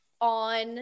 on